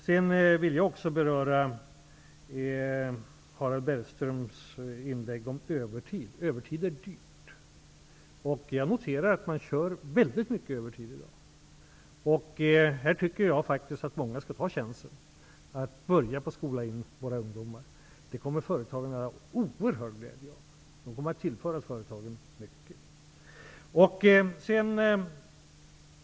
Så vill jag också beröra Harald Bergströms inlägg om övertid. Övertid är någonting dyrt. Jag noterar att man kör väldigt mycket övertid i dag. Här tycker jag att man nu skall ta chansen och börja skola in våra ungdomar. Det kommer företagarna att ha oerhört stor glädje av. Det kommer att tillföra företagen mycket.